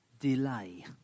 delay